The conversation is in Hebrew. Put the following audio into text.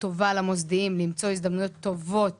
טובה למוסדיים למצוא השקעות טובות